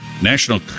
National